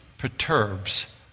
Perturbs